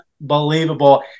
unbelievable